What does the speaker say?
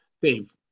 Dave